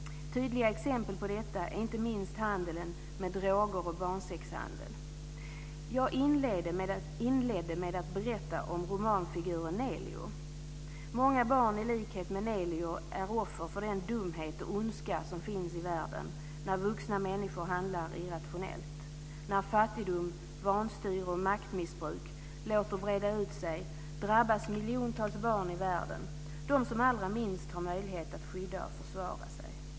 Tydliga exempel på detta är inte minst handeln med droger och barnsexhandeln. Jag inledde med att berätta om romanfiguren Nelio. Många barn i likhet med Nelio är offer för den dumhet och ondska som finns i världen, när vuxna människor handlar irrationellt. När fattigdom, vanstyre och maktmissbruk låter breda ut sig drabbas miljontals barn i världen - de som allra minst har möjlighet att skydda och försvara sig.